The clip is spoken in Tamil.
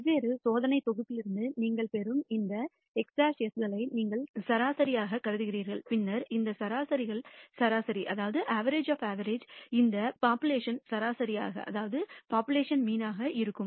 வெவ்வேறு சோதனைத் தொகுப்புகளிலிருந்து நீங்கள் பெறும் இந்த x̅s களை நீங்கள் சராசரியாகக் கருதுகிறீர்கள் பின்னர் இந்த சராசரிகளின் சராசரி இந்த போப்புலேஷன் சராசரியாக இருக்கும்